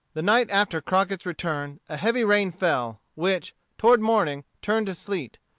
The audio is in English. the night after crockett's return a heavy rain fell, which, toward morning, turned to sleet.